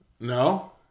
No